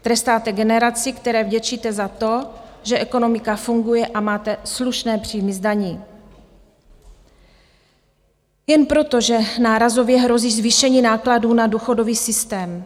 Trestáte generaci, které vděčíte za to, že ekonomika funguje a máte slušné příjmy z daní, jen proto, že nárazově hrozí zvýšení nákladů na důchodový systém.